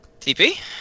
TP